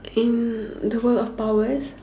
in the world of powers